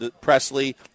Presley